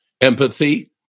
empathy